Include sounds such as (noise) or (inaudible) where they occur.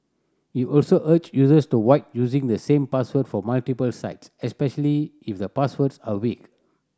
he also urged users to (unintelligible) using the same password for multiple sites especially if the passwords are weak